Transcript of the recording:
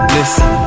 Listen